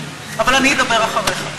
אבל אני אדבר אחריך.